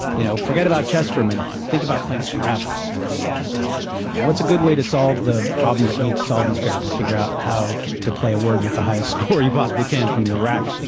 you know forget about chess for a minute, think about playing scrabble', is a commonly used example. what's a good way to solve the problem that you need to solve in scrabble, to figure out how to play a word with the highest score you possibly can from your rack?